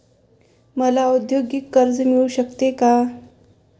मला औद्योगिक कर्ज मिळू शकेल का?